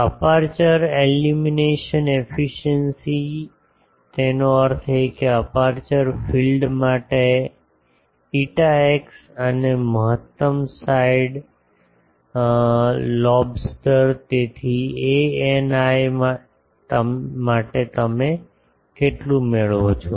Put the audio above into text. aperture illumination efficiency તેનો અર્થ એ કે અપેર્ચર ફિલ્ડ માટે ηx અને મહત્તમ સાઇડ લોબ સ્તર તેથી a ηi માટે તમે કેટલું મેળવો છો